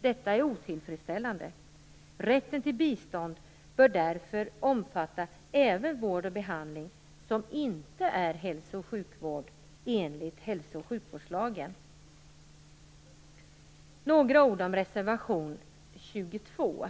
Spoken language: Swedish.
Detta är otillfredsställande. Rätten till bistånd bör därför omfatta även vård och behandling som inte är hälso och sjukvård enligt hälso och sjukvårdslagen. Jag vill säga några ord om reservation 22.